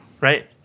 Right